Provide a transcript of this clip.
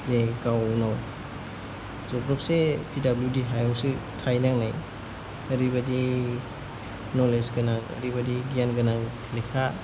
जे गाव उनाव जख्लबसे पि डब्लिउ डि हायावसो थाहैनांनाय ओरैबायदि न'लेज गोनां ओरैबायदि गियान गोनां लेखा